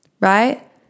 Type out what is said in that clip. right